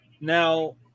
Now